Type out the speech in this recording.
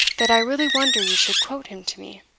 that i really wonder you should quote him to me.